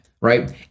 Right